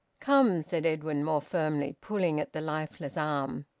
come! said edwin more firmly, pulling at the lifeless arm.